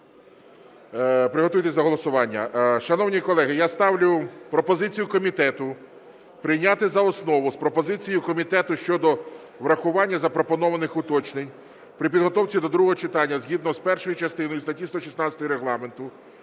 приготуйтесь до голосування. Шановні колеги, я ставлю пропозицію комітету прийняти за основу з пропозицією комітету щодо врахування запропонованих уточнень при підготовці до другого читання згідно з першою частиною статті 116 Регламенту